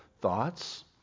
thoughts